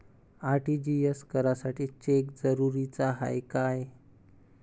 RTGS करासाठी cheque जरुरीचा हाय काय?